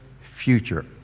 future